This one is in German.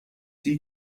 die